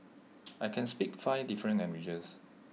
I can speak five different languages